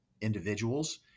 individuals